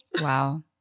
wow